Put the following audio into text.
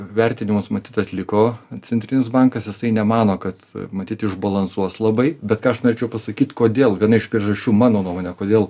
vertinimus matyt atliko centrinis bankas jisai nemano kad matyt išbalansuos labai bet ką aš norėčiau pasakyt kodėl viena iš priežasčių mano nuomone kodėl